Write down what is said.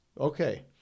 okay